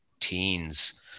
teens